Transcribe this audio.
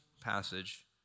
passage